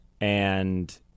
and-